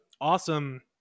awesome